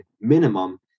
minimum